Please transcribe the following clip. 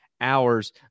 hours